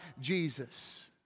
Jesus